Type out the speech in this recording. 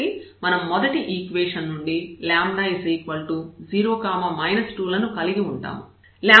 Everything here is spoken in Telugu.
కాబట్టి మనం మొదటి ఈక్వేషన్ నుండి λ0 2 లను కలిగి ఉంటాము